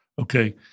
okay